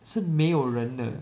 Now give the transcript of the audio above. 是没有人的